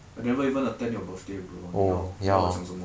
I never even attend your birthday bro 你要你要我讲什么